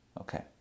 Okay